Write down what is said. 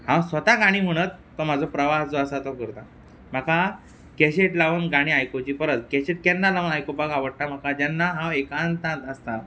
हांव स्वता गाणीं म्हणत तो म्हाजो प्रवास जो आसा तो करतां म्हाका कॅशेट लावन गाणीं आयकुची परस कॅशेट केन्ना लावन आयकुपा आवडटा म्हाका जेन्ना हांव एकांतांत आसतां